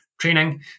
training